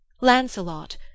lancelot